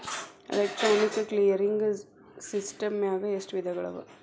Electronic clearing ಸಿಸ್ಟಮ್ನಾಗ ಎಷ್ಟ ವಿಧಗಳವ?